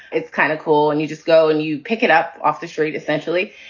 it's kind of cool and you just go and you pick it up off the street, essentially.